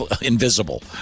invisible